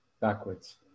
backwards